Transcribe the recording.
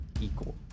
equal